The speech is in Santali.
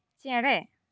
ᱪᱮᱬᱮ